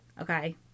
Okay